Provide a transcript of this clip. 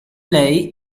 lei